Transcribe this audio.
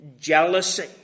jealousy